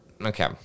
okay